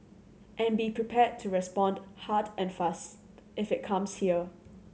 and be prepared to respond hard and fast if it comes here